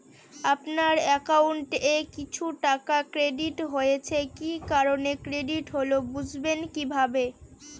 আপনার অ্যাকাউন্ট এ কিছু টাকা ক্রেডিট হয়েছে কি কারণে ক্রেডিট হল বুঝবেন কিভাবে?